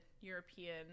European